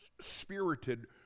spirited